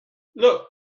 look